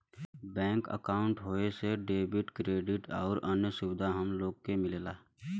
bank अंकाउट होये से डेबिट, क्रेडिट आउर अन्य सुविधा हम लोग के मिलला